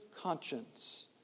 conscience